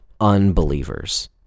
unbelievers